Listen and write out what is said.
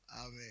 Amen